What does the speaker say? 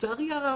לצערי הרב,